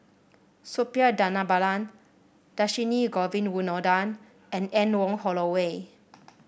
Suppiah Dhanabalan Dhershini Govin Winodan and Anne Wong Holloway